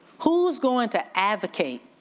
who's going to advocate